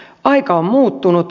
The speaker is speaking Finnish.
aika on muuttunut